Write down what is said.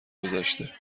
گذشته